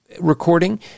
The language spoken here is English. recording